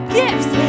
gifts